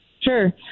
sure